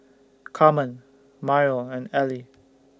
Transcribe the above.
Carmen Myrle and Ely